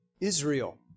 Israel